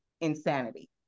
Insanity